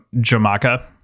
Jamaica